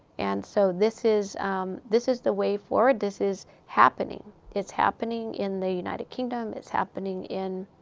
and so, this is this is the way forward. this is happening it's happening in the united kingdom, it's happening in